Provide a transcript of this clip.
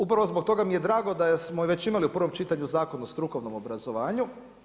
Upravo zbog toga mi je drago, da smo već imali u prvom čitanju Zakon o strukovnom obrazovanju.